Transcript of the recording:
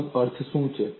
અને આનો અર્થ શું છે